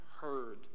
heard